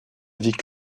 vie